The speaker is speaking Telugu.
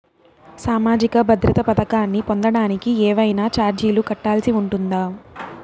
సామాజిక భద్రత పథకాన్ని పొందడానికి ఏవైనా చార్జీలు కట్టాల్సి ఉంటుందా?